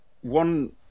one